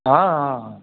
हाँऽऽ